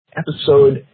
episode